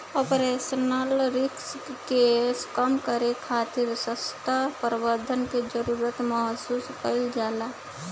operational risk के कम करे खातिर ससक्त प्रबंधन के जरुरत महसूस कईल जाला